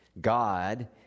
God